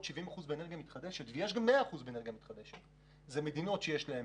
70% באנרגיה מתחדשת אלה מדינות שיש להן